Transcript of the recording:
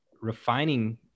refining